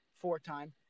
Four-time